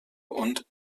und